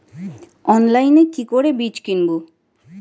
অনলাইনে কি করে বীজ কিনব?